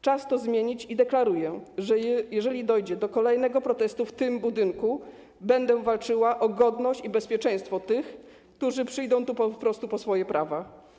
Czas to zmienić i deklaruję, że jeżeli dojdzie do kolejnego protestu w tym budynku, będę walczyła o godność i bezpieczeństwo tych, którzy przyjdą tu po prostu po swoje prawa.